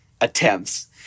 attempts